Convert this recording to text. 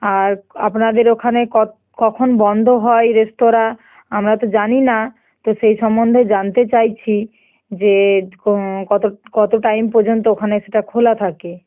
আর আপনাদের ওখানে কখন বন্ধ হয় রেস্তোরাঁ আমরা তো জানি না তো সেই সম্বন্ধে জানতে চাইছি যে কত কত টাইম পর্যন্ত ওখানে সেটা খোলা থাকে